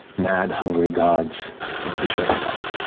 mad, hungry gods of the betrayer gods.